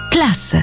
Class